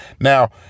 Now